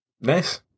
Nice